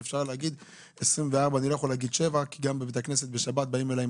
גם בבית הכנסת בשבת פונים אלי.